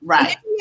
Right